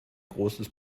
großes